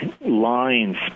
lines